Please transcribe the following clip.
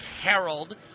Harold